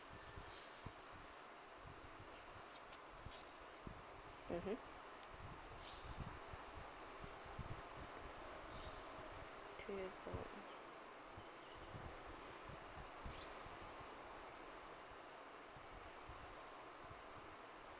mmhmm